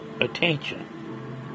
attention